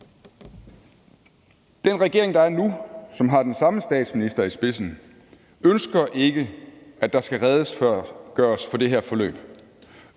Den regering, der er nu, som har den samme statsminister i spidsen, ønsker ikke, at der skal redegøres for det her forløb;